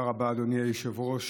תודה רבה, אדוני היושב-ראש.